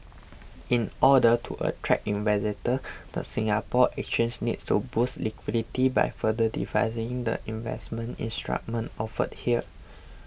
in order to attract investors the Singapore Exchange needs to boost liquidity by further diversifying the investment instruments offered here